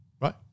right